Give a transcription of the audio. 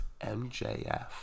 MJF